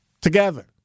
together